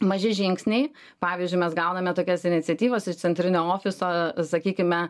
maži žingsniai pavyzdžiui mes gauname tokias iniciatyvas iš centrinio ofiso sakykime